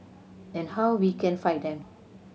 and how we can fight them